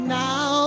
now